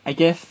I guess